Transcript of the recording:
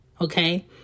okay